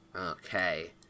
Okay